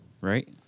Right